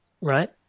right